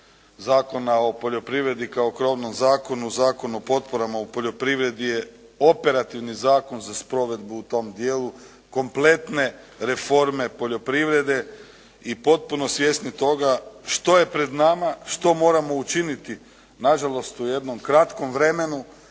Zakona o poljoprivredi kao krovnom zakonu, Zakonu o potporama u poljoprivredi je operativni zakon za sprovedbu u tom dijelu kompletne reforme poljoprivrede i potpuno svjesni toga što je pred nama, što moramo učiniti na žalost u jednom kratkom vremenu,